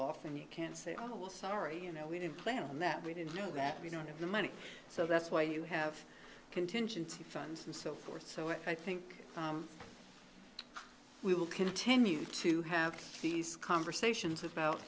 off and you can say almost sorry you know we didn't plan that we didn't know that we don't have the money so that's why you have contingency funds and so forth so i think we will continue to have these conversations about